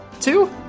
two